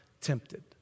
tempted